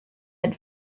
had